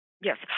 Yes